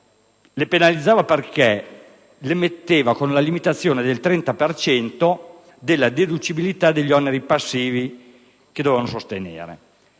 le penalizzava perché prevedeva la limitazione del 30 per cento della deducibilità degli oneri passivi che dovevano sostenere.